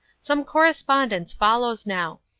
some correspondence follows now.